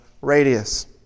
radius